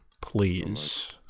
please